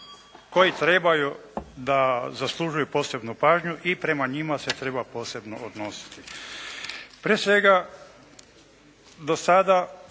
koji trebaju da zaslužuju posebnu pažnju i prema njima se treba posebno odnositi.